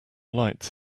lights